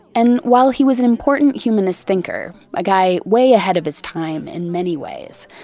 and while he was an important humanist thinker, a guy way ahead of his time in many ways,